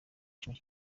icumu